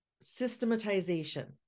systematization